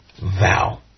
vow